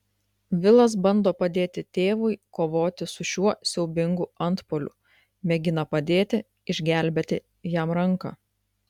vilas bando padėti tėvui kovoti su šiuo siaubingu antpuoliu mėgina padėti išgelbėti jam ranką